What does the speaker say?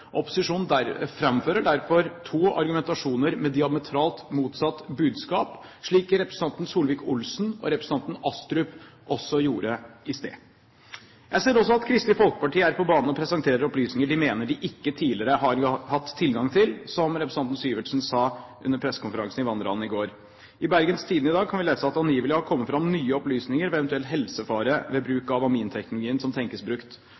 Opposisjonen framfører derfor to argumentasjoner med diametralt motsatt budskap, slik representanten Solvik-Olsen og representanten Astrup også gjorde i sted. Jeg ser også at Kristelig Folkeparti er på banen og presenterer opplysninger de mener at de ikke tidligere har hatt tilgang til, som representanten Syversen sa under pressekonferansen i vandrehallen i går. I Bergens Tidende i dag kan vi lese at det angivelig har kommet fram nye opplysninger ved eventuell helsefare ved bruk av aminteknologien som tenkes brukt